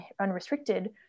unrestricted